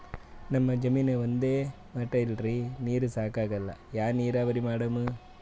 ನಮ್ ಜಮೀನ ಒಂದೇ ಮಟಾ ಇಲ್ರಿ, ನೀರೂ ಸಾಕಾಗಲ್ಲ, ಯಾ ನೀರಾವರಿ ಮಾಡಮು?